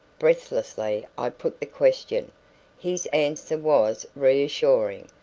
breathlessly i put the question his answer was reassuring.